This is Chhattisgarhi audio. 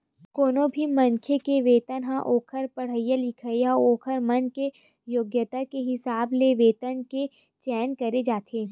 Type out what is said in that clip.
कोनो भी मनखे के वेतन ह ओखर पड़हाई लिखई अउ ओखर मन के योग्यता के हिसाब ले वेतन के चयन करे जाथे